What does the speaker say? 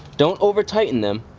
don't over tighten them.